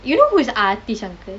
you know who is aarthi's uncle